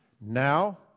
now